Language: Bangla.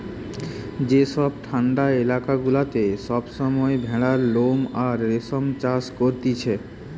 যেসব ঠান্ডা এলাকা গুলাতে সব সময় ভেড়ার লোম আর রেশম চাষ করতিছে